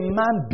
man